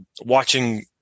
watching